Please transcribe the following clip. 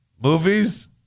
movies